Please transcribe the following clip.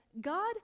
God